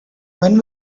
when